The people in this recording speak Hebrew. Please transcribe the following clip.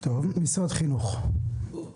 משרד החינוך, בבקשה.